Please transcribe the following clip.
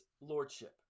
lordship